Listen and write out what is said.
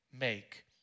make